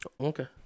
Okay